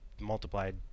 multiplied